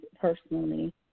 personally